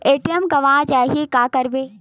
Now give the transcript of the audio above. ATM गवां जाहि का करबो?